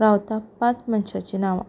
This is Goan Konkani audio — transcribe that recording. रावता पांच मनशाचीं नांवां